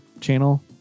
Channel